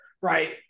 right